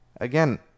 again